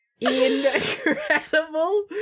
incredible